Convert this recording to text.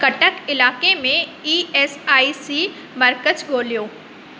कटक इलाइक़े में E S I C मर्कज़ ॻोल्हियो